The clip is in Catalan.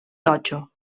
totxo